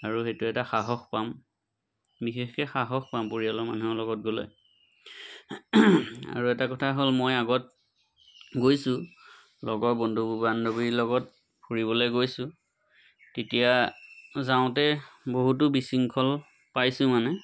আৰু সেইটো এটা সাহস পাম বিশেষকৈ সাহস পাম পৰিয়ালৰ মানুহৰ লগত গ'লে আৰু এটা কথা হ'ল মই আগত গৈছোঁ লগৰ বন্ধু বান্ধৱীৰ লগত ফুৰিবলৈ গৈছোঁ তেতিয়া যাওঁতে বহুতো বিশৃংখল পাইছোঁ মানে